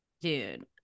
dude